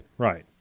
Right